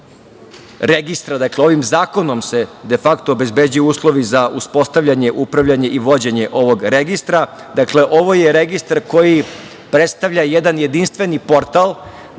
registra. Dakle, ovim zakonom se defakto obezbeđuju uslovi za uspostavljanje, upravljanje i vođenje ovog registra. Ovo je registar koji predstavlja jedan jedinstveni portal